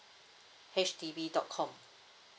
H D B dot com